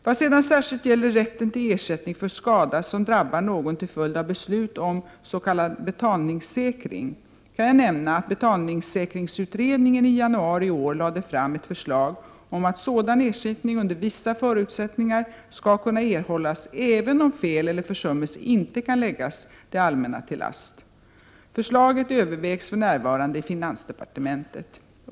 Vad sedan särskilt gäller rätten till ersättning för skada som drabbar någon till följd av beslut om s.k. betalningssäkring kan jag nämna att betalningssäkringsutredningen i januari i år lade fram ett förslag om att sådan ersättning under vissa förutsättningar skall kunna erhållas, även om fel eller försummelse inte kan läggas det allmänna till last. Förslaget övervägs för närvarande i finansdepartementet.